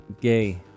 gay